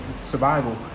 survival